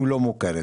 לא מוכרת.